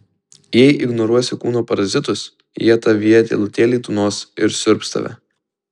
jei ignoruosi kūno parazitus jie tavyje tylutėliai tūnos ir siurbs tave